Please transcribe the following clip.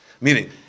Meaning